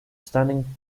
stunning